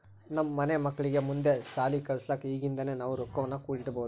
ನಮ್ಮ ಮನೆ ಮಕ್ಕಳಿಗೆ ಮುಂದೆ ಶಾಲಿ ಕಲ್ಸಕ ಈಗಿಂದನೇ ನಾವು ರೊಕ್ವನ್ನು ಕೂಡಿಡಬೋದು